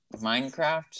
Minecraft